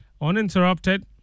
Uninterrupted